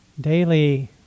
daily